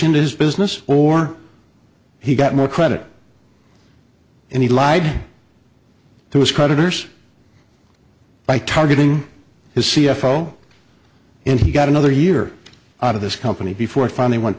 in his business or he got more credit and he lied through his creditors by targeting his c f o and he got another year out of this company before it finally went